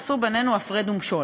עשו בינינו הפרד ומשול,